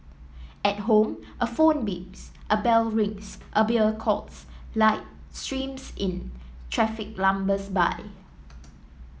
at home a phone beeps a bell rings a beer calls light streams in traffic lumbers by